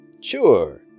Sure